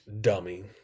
Dummy